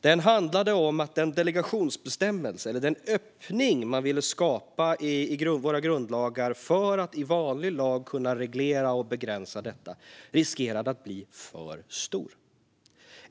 Den handlade om att den öppning man ville skapa i våra grundlagar för att i vanlig lag kunna reglera och begränsa detta riskerade att bli för stor.